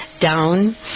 down